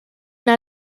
una